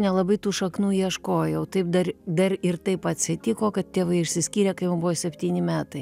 nelabai tų šaknų ieškojau taip dar dar ir taip atsitiko kad tėvai išsiskyrė kai jau buvo septyni metai